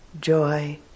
joy